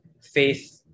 faith